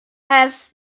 has